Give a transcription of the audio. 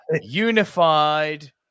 unified